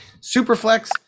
Superflex